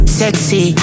sexy